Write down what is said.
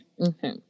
Okay